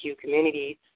communities